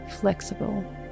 flexible